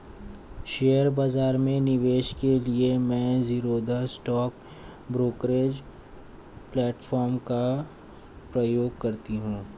share बाजार में निवेश के लिए मैं ज़ीरोधा स्टॉक ब्रोकरेज प्लेटफार्म का प्रयोग करती हूँ